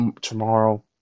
tomorrow